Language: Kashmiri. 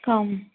کَم